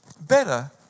better